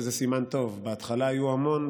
וזה סימן טוב: בהתחלה היו המון,